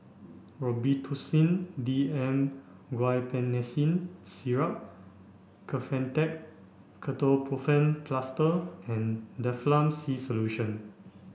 Robitussin D M Guaiphenesin Syrup Kefentech Ketoprofen Plaster and Difflam C Solution